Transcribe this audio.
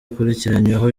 akurikiranyweho